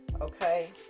Okay